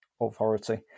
Authority